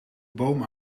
boom